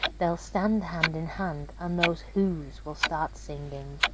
they'll stand hand in hand, and those whos will start singing.